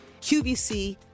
QVC